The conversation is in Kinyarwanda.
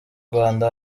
rwanda